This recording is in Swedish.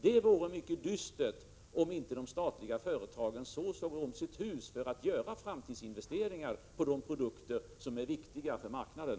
Det vore mycket dystert om de statliga företagen inte så såg om sitt hus för att göra framtidsinvesteringar i de produkter som är viktiga för marknaden.